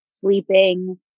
sleeping